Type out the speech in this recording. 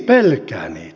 missä miehet